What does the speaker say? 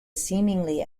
seemingly